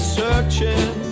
searching